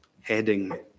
heading